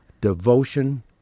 devotion